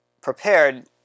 prepared